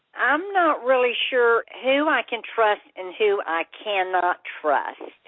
i'm not really sure who i can trust and who i cannot trust